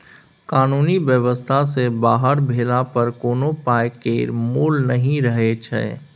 कानुनी बेबस्था सँ बाहर भेला पर कोनो पाइ केर मोल नहि रहय छै